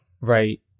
right